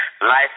Life